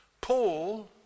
Paul